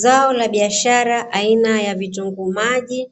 Zao la biashara aina ya vitunguu maji